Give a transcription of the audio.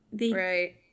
Right